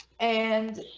and